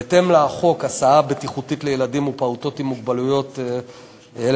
בהתאם לחוק הסעה בטיחותית לילדים ולפעוטות עם מוגבלות מ-1994,